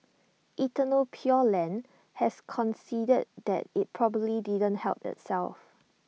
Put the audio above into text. eternal pure land has conceded that IT probably didn't help itself